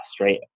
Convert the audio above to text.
right